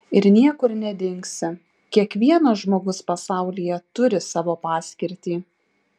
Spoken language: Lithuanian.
ir niekur nedingsi kiekvienas žmogus pasaulyje turi savo paskirtį